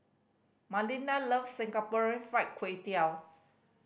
Malinda loves Singapore Fried Kway Tiao